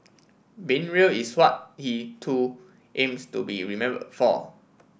being real is what he too aims to be remembered for